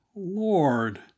Lord